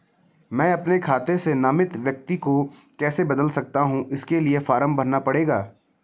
मैं अपने खाते से नामित व्यक्ति को कैसे बदल सकता हूँ इसके लिए फॉर्म भरना पड़ेगा?